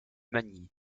magny